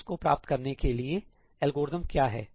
उस को प्राप्त करने के लिए एल्गोरिथ्म क्या है